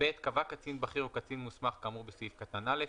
קבע קצין בכיר או קצין מוסמך כאמור בסעיף קטן (א),